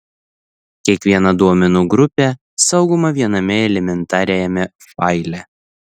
kiekviena duomenų grupė saugoma viename elementariajame faile